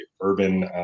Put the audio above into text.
urban